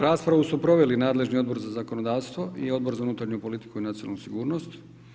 Raspravu su proveli nadležni Odbor za zakonodavstvo i Odbor za unutarnju politiku i nacionalnu sigurnost.